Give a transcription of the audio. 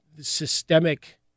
systemic